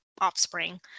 offspring